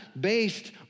based